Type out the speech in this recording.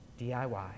DIY